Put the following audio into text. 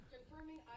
Confirming